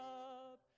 up